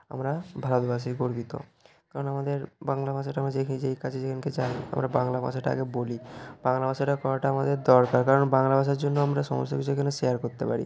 আমরা ভারতবাসী গর্বিত কারণ আমাদের বাংলা ভাষাটা আমরা যেই কাজে যেখানে যাই আমরা বাংলা ভাষাটা আগে বলি বাংলা ভাষাটা করাটা আমাদের দরকার কারণ বাংলা ভাষার জন্য আমরা সমস্ত কিছু এখানে শেয়ার করতে পারি